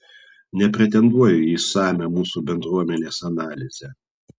nepretenduoju į išsamią mūsų bendruomenės analizę